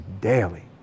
daily